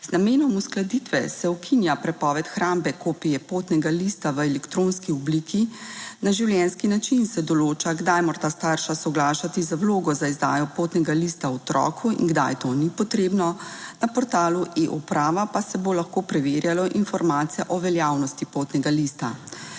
Z namenom uskladitve se ukinja prepoved hrambe kopije potnega lista v elektronski obliki. Na življenjski način se določa, kdaj morata starša soglašati z vlogo za izdajo potnega lista otroku in kdaj to ni potrebno, na portalu e-uprava pa se bo lahko preverjale informacije o veljavnosti potnega lista.